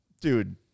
Dude